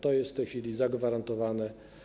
To jest w tej chwili zagwarantowane.